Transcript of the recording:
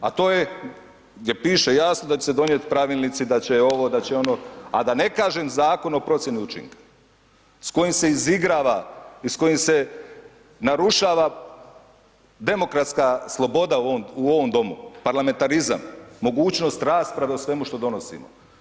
A to je gdje piše jasno da će se donijeti pravilnici, da će ovo, da će ono, a da ne kažem Zakon o procjeni učinka, s kojim se izigrava i s kojim se narušava demokratska sloboda u ovom domu, parlamentarizam, mogućnost rasprave o svemu što donosimo.